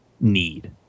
need